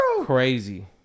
Crazy